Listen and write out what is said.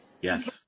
Yes